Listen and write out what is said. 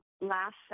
last